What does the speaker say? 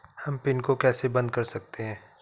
हम पिन को कैसे बंद कर सकते हैं?